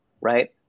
right